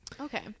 Okay